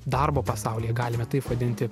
darbo pasaulyje galime taip vadinti